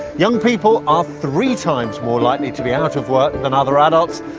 young people are three times more likely to be out of work than other adults,